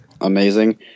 amazing